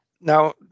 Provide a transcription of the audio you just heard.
Now